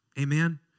amen